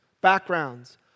backgrounds